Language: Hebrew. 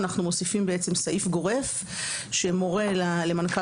אנחנו מוסיפים בעצם סעיף גורף שמורה למנכ"ל